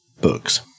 books